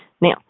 now